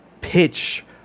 pitch